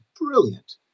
brilliant